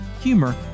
humor